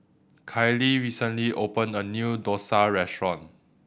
Kailee recently opened a new dosa restaurant